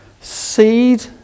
seed